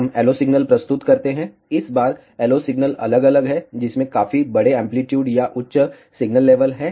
हम LO signal प्रस्तुत करते हैं इस बार LO सिग्नल अलग अलग है जिसमें काफी बड़े एंप्लीट्यूड या उच्च सिग्नल लेवल है